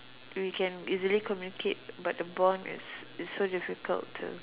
we can easily communicate but the bond it's it's so difficult to